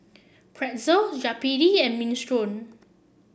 Pretzel Chapati and Minestrone